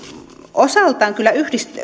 osaltaan kyllä